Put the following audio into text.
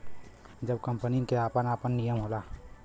सब कंपनीयन के आपन आपन नियम होला